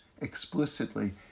explicitly